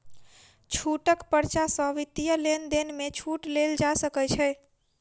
छूटक पर्चा सॅ वित्तीय लेन देन में छूट लेल जा सकै छै